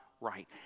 right